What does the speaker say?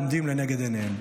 עומדים לנגד עיניהם.